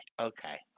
Okay